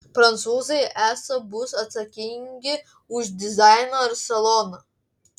prancūzai esą bus atsakingi už dizainą ir saloną